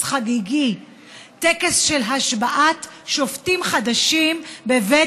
של השירותים הממשלתיים, לאזרח.